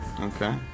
Okay